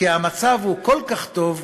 כי המצב הוא כל כך טוב,